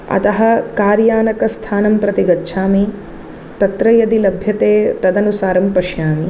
अतः कार्यानस्थानकं प्रति गच्छामि तत्र यदि लभ्यते तदनुसारं पश्यामि